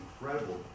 incredible